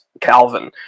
Calvin